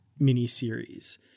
miniseries